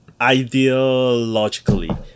ideologically